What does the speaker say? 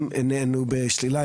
הם נענינו בשלילה,